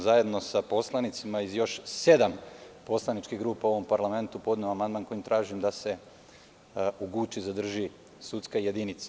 Zajedno sa poslanicima iz još sedam poslaničkih grupa u ovom parlamentu podneo amandman, kojim tražim da se u Guči zadrži sudska jedinica.